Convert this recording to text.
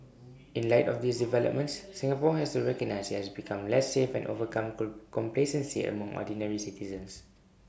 in light of these developments Singapore has to recognize IT has become less safe and overcome complacency among ordinary citizens